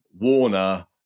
Warner